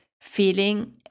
feeling